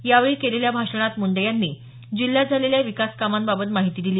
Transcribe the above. यावेळी केलेल्या भाषणात मुंडे यांनी जिल्ह्यात झालेल्या विकासकामांबात माहिती दिली